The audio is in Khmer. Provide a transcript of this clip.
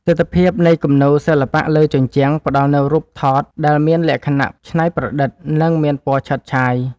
ទិដ្ឋភាពនៃគំនូរសិល្បៈលើជញ្ជាំង ផ្ដល់នូវរូបថតដែលមានលក្ខណៈច្នៃប្រឌិត និងមានពណ៌ឆើតឆាយ។